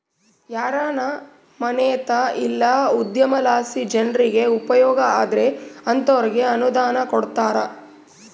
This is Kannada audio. ಯಾರಾನ ಮನ್ಸೇತ ಇಲ್ಲ ಉದ್ಯಮಲಾಸಿ ಜನ್ರಿಗೆ ಉಪಯೋಗ ಆದ್ರ ಅಂತೋರ್ಗೆ ಅನುದಾನ ಕೊಡ್ತಾರ